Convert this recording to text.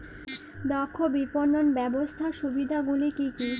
দক্ষ বিপণন ব্যবস্থার সুবিধাগুলি কি কি?